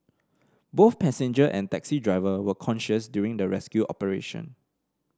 both passenger and taxi driver were conscious during the rescue operation